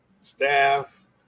staff